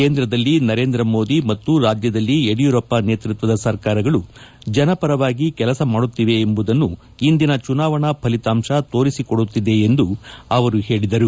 ಕೇಂದ್ರದಲ್ಲಿ ನರೇಂದ್ರ ಮೋದಿ ಮತ್ತು ರಾಜ್ಯದಲ್ಲಿ ಯಡಿಯೂರಪ್ಪ ನೇತೃತ್ವದ ಸರ್ಕಾರಗಳು ಜನಪರವಾಗಿ ಕೆಲಸ ಮಾಡುತ್ತಿದೆ ಎಂಬುದನ್ನು ಇಂದಿನ ಚುನಾವಣಾ ಫಲಿತಾಂಶ ತೋರಿಸಿ ಕೊಡುತ್ತಿದೆ ಎಂದು ಅವರು ಹೇಳಿದರು